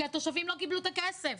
כי התושבים לא קיבלו את הכסף.